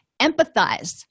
empathize